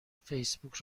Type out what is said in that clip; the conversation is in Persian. فیسبوک